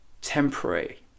temporary